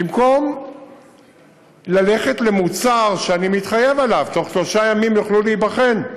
במקום ללכת למוצר שאני מתחייב עליו: בתוך שלושה ימים יוכלו להיבחן.